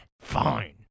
Fine